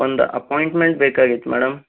ಒಂದು ಅಪಾಯಿಂಟ್ಮೆಂಟ್ ಬೇಕಾಗಿತ್ತು ಮೇಡಮ್